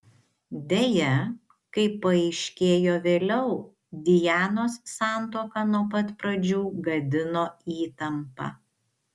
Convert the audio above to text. deja kaip paaiškėjo vėliau dianos santuoką nuo pat pradžių gadino įtampa